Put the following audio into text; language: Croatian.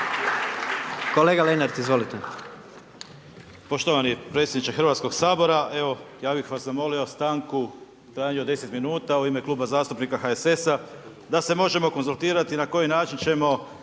Kolega Lenart, izvolite.